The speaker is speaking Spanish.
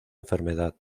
enfermedad